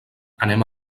anem